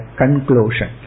conclusion